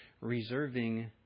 reserving